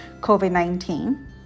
COVID-19